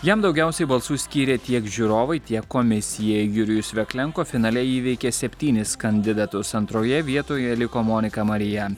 jam daugiausiai balsų skyrė tiek žiūrovai tiek komisija jurijus veklenko finale įveikė septynis kandidatus antroje vietoje liko monika marija